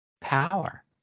power